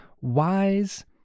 wise